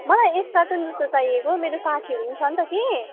मलाई एक कार्टुन जस्तो चाहिएको हो मेरो साथीहरू पनि छ नि त कि